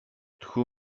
tchu